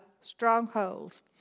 strongholds